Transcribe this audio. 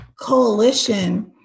coalition